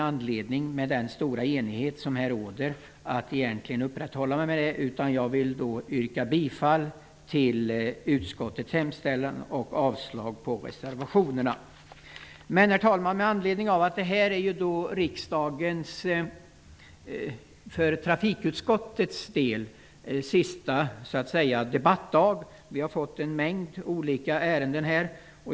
Men med den stora enighet som råder här finner jag ingen anledning hålla fast vid det. Jag yrkar bifall till utskottets hemställan och avslag på reservationerna. Herr talman! Detta är den sista debattdagen för trafikutskottets del. Vi har en mängd olika ärenden här.